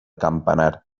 campanar